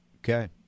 Okay